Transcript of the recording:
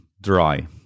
dry